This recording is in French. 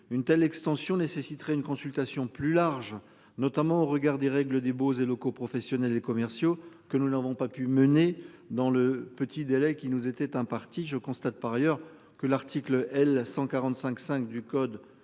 une telle extension nécessitera une consultation plus large, notamment au regard des règles des beaux et locaux professionnels et commerciaux que nous n'avons pas pu mener dans le petit délai qui nous était imparti. Je constate par ailleurs que l'article L 145 5 du code de commerce